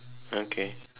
okay